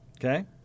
Okay